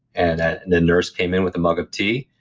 and and the nurse came in with a mug of tea,